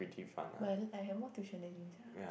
but I li~ I have more tuition than you sia